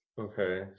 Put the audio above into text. Okay